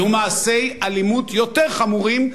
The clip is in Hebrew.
יהיו מעשי אלימות יותר חמורים,